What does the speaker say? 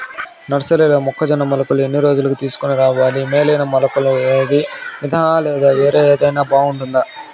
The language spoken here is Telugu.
నర్సరీలో మొక్కజొన్న మొలకలు ఎన్ని రోజులకు తీసుకొని రావాలి మేలైన మొలకలు ఏదీ? మితంహ లేదా వేరే ఏదైనా బాగుంటుందా?